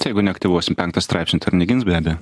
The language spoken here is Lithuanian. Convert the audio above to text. jeigu neaktyvuosim penkto straipsnio tai ir negins be abejo